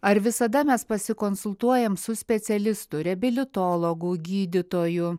ar visada mes pasikonsultuojam su specialistu reabilitologu gydytoju